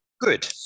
Good